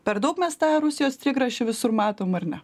per daug mes tą rusijos trigrašį visur matom ar ne